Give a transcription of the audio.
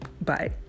Bye